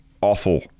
awful